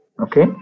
okay